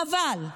חבל.